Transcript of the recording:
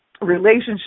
relationship